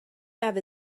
have